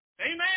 Amen